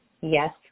yes